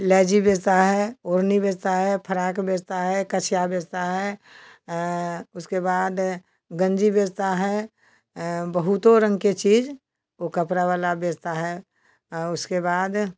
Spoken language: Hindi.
लैजी बेचता है ओढ़नी बेचता है फराक बेचता है कछिया बेचता है उसके बाद गंजी बेचता है बहुत रंग के चीज़ वह कपड़ा वाला बेचता है और उसके बाद